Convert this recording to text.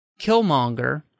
Killmonger